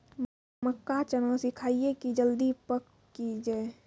मक्का चना सिखाइए कि जल्दी पक की जय?